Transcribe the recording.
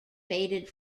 faded